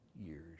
years